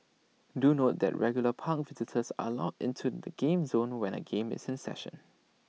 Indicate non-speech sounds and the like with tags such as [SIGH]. do note that regular park visitors are [UNINTELLIGIBLE] into the game zone when A game is in session